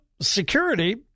security